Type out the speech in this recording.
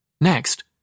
Next